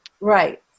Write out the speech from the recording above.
Right